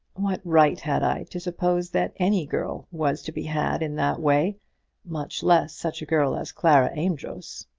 what right had i to suppose that any girl was to be had in that way much less such a girl as clara amedroz?